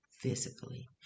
physically